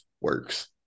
works